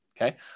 Okay